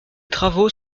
travaux